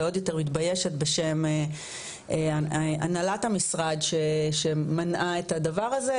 ועוד יותר מתביישת בהנהלת המשרד שמנעה את הדבר הזה,